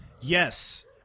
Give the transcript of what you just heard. Yes